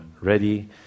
ready